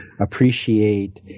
appreciate